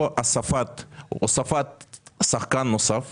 או הוספת שחקן נוסף